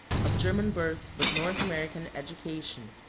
of german birth, but north american education.